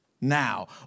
now